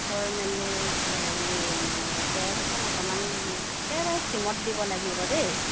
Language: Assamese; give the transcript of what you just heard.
থৈ মেলি হেৰি কেৰাহিখন অকমান একেবাৰে চিমত দিব লাগিব দেই